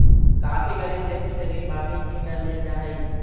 काफी गरीब देशों से ऋण वापिस ही न लेल जा हई